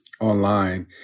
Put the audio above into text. online